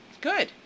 Good